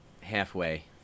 halfway